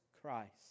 Christ